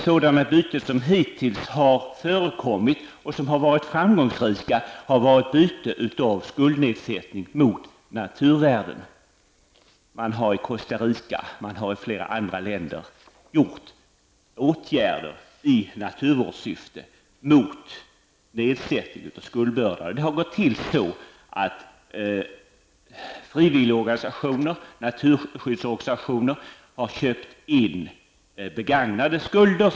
Sådana byten som hittills har förekommit, och som har varit framgångsrika, har varit byten av skuldnedsättning mot naturvärden. I Costa Rica och flera andra länder har åtgärder vidtagits i naturvårdssyfte mot nedsättning av skuldbördan. Det har gått till så, att frivillig organisationer och naturskyddsorganisationer har köpt in ''begagnade skulder''.